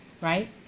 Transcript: right